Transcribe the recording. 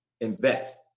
invest